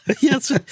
Yes